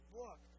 book